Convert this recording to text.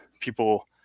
people